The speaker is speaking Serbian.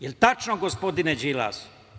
Jel tačno gospodine Đilas?